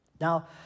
Now